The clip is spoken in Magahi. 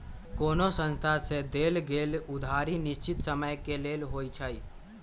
कोनो संस्था से देल गेल उधारी निश्चित समय के लेल होइ छइ